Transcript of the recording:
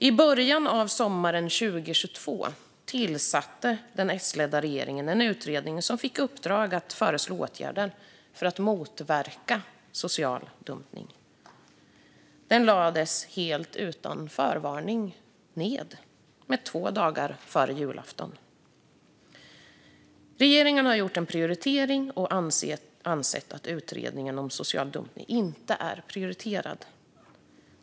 I början av sommaren 2022 tillsatte den S-ledda regeringen en utredning som fick i uppdrag att föreslå åtgärder för att motverka social dumpning. Två dagar före julafton lades den helt utan förvarning ned. Regeringen har gjort en prioritering och ansett att utredningen om social dumpning inte är prioriterad.